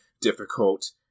difficult